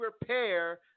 repair